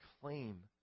claim